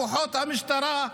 של כוחות המשטרה.